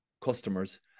customers